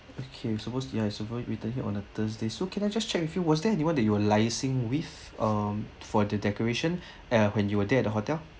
okay supposed to be have supposed written here on the thursday so can I just check with you was there anyone that you are liaising with um for the decoration uh when you were there at the hotel